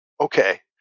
okay